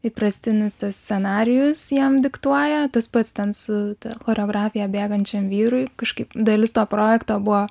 įprastinis tas scenarijus jam diktuoja tas pats ten su choreografija bėgančiam vyrui kažkaip dalis to projekto buvo